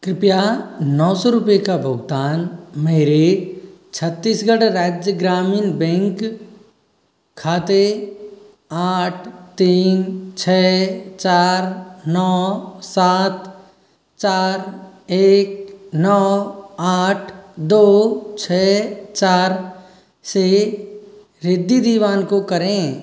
कृपया नौ सौ रुपये का भुगतान मेरे छत्तीसगढ़ राज्य ग्रामीण बैंक खाते आठ तीन छः चार नौ सात चार एक नौ आठ दो छः चार से रिद्दी दिवान को करें